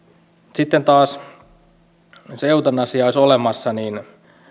sitten taas jos eutanasia olisi olemassa niin